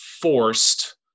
forced